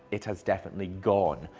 it has definitely gone.